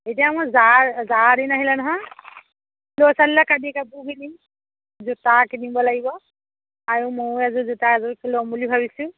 এতিয়া মোৰ জাৰ জাৰৰ দিন আহিলে নহয় ল'ৰা ছোৱালীলৈ কানি কাপোৰ কিনিম জোতা কিনিব লাগিব আৰু ময়ো এযোৰ জোতা এযোৰ ল'ম বুলি ভাবিছোঁ